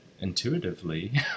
intuitively